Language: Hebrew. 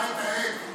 כן.